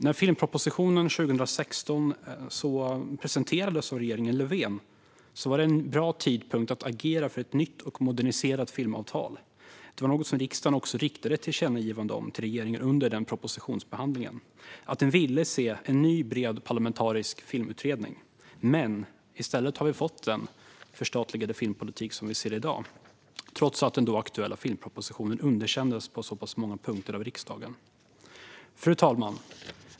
När filmpropositionen 2016 presenterades av regeringen Löfven var det en bra tidpunkt att agera för ett nytt och moderniserat filmavtal. Det var också så att riksdagen riktade ett tillkännagivande till regeringen under propositionsbehandlingen om att den ville se en ny bred parlamentarisk filmutredning. Men i stället har vi fått den förstatligade filmpolitik som vi ser i dag, trots att den då aktuella filmpropositionen underkändes av riksdagen på många punkter. Fru talman!